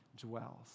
dwells